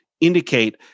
indicate